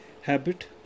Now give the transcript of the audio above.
habit